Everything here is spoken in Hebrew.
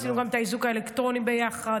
עשינו גם את האיזוק האלקטרוני ביחד,